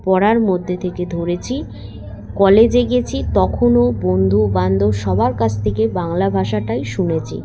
পড়ার মধ্যে থেকে ধরেছি কলেজে গিয়েছি তখনও বন্ধু বান্ধব সবার কাছ থেকে বাংলা ভাষাটাই শুনেছি